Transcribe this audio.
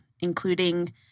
including